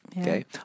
okay